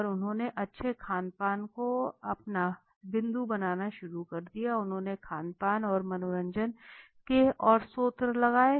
और उन्होंने अच्छे खान पान को अपना बिंदु बनाना शुरू कर दिया उन्होंने खान पान और मनोरंजन के और सोत्र लगाए